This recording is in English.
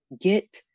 get